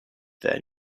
their